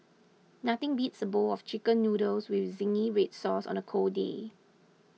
nothing beats a bowl of Chicken Noodles with Zingy Red Sauce on a cold day